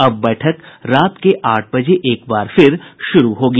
अब बैठक रात के आठ बजे से एक बार फिर शुरू होगी